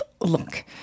look